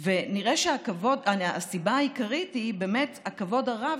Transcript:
ונראה שהסיבה העיקרית היא באמת הכבוד הרב